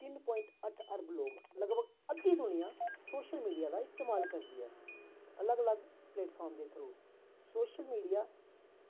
तिन्न पोवाईंट अट्ठ अरब लोग लगभग अद्धी दुनियां सोशल मीडिया दा इस्तमाल करदी ऐ अलग अलग प्लेटफार्म दे थ्रू सोशल मीडिया